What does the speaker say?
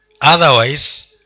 Otherwise